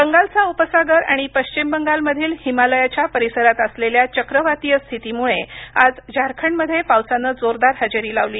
बंगालचा उपसागर आणि पश्चिम बंगाल मधील हिमालयाच्या परिसरात असलेल्या चक्रवातीय स्थितीमुळे आज झारखंडमध्ये पावसानं जोरदार हजेरी लावली